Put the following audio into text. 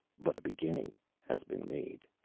but a beginning has been made.